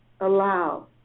allow